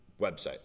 website